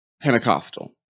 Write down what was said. Pentecostal